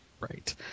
Right